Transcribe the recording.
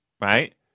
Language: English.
right